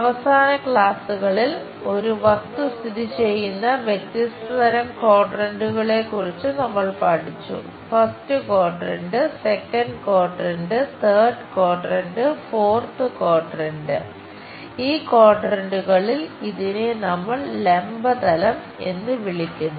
അവസാന ക്ലാസുകളിൽ ഒരു വസ്തു സ്ഥിതിചെയ്യുന്ന വ്യത്യസ്ത തരം ക്വാഡ്രന്റുകളെക്കുറിച്ച് എന്ന് വിളിക്കുന്നു